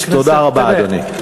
תודה רבה, אדוני.